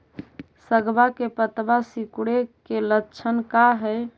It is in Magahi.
सगवा के पत्तवा सिकुड़े के लक्षण का हाई?